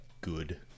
good